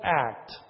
act